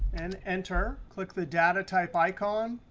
and enter. click the data type icon,